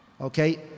Okay